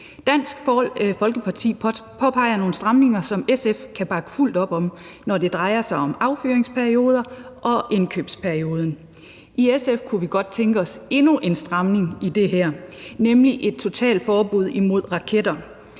Dansk Folkeparti påpeger nogle stramninger, som SF kan bakke fuldt op om, når det drejer sig om affyringsperioden og indkøbsperioden. I SF kunne vi godt tænke os endnu en stramning i det her, nemlig et totalforbud imod raketter.